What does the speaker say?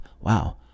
wow